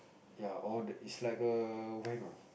ya all the it's like a when of